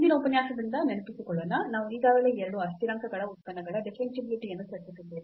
ಹಿಂದಿನ ಉಪನ್ಯಾಸದಿಂದ ನೆನಪಿಸಿಕೊಳ್ಳೋಣ ನಾವು ಈಗಾಗಲೇ ಎರಡು ಅಸ್ಥಿರಾಂಕಗಳ ಉತ್ಪನ್ನಗಳ ಡಿಫರೆನ್ಷಿಯಾಬಿಲಿಟಿ ಯನ್ನು ಚರ್ಚಿಸಿದ್ದೇವೆ